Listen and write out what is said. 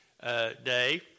day